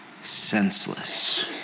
senseless